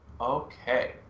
Okay